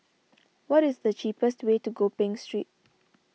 what is the cheapest way to Gopeng Street